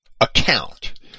Account